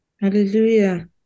Hallelujah